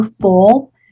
full